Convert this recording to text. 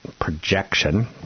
projection